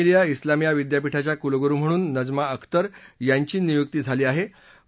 जामीया मिलीया उलामीया विद्यापीठाच्या कुलगुरु म्हणून नजमा अख्तर यांची नियुक्ती झाली आहे